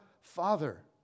father